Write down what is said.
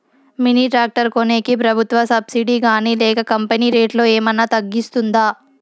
Mini tractor కొనేకి ప్రభుత్వ subsidy గాని లేక కంపెని రేటులో ఏమన్నా తగ్గిస్తుందా?